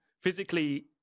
physically